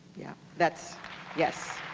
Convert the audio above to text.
yeah, that's yes.